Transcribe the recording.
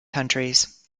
countries